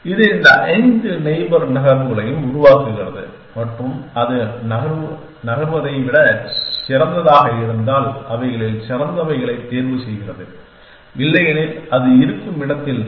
இது இந்த ஐந்து நெய்பர் நகர்வுகளையும் உருவாக்குகிறது மற்றும் அது நகர்வதை விட சிறந்ததாக இருந்தால் அவைகளில் சிறந்தவைகளைத் தேர்வுசெய்கிறது இல்லையெனில் அது இருக்கும் இடத்தில்தான்